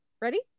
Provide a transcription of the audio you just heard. Ready